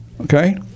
okay